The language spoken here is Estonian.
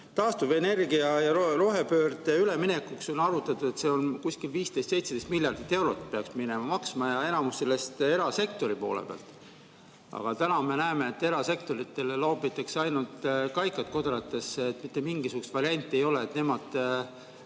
taastuvenergia ja rohepöörde jaoks on arvutatud, et see peaks kuskil 15–17 miljardit eurot maksma minema ja enamus sellest erasektori poole pealt. Aga täna me näeme, et erasektorile loobitakse ainult kaikaid kodaratesse. Mitte mingisugust varianti ei ole, et nemad